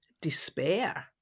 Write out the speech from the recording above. despair